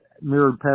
mirrored